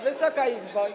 Wysoka Izbo!